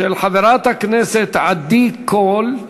של חברת הכנסת עדי קול.